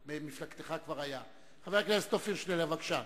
חבר הכנסת שנלר, בבקשה.